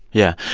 yeah.